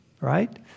right